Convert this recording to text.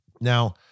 now